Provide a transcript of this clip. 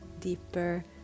deeper